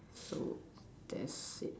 so that's it